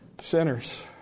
Sinners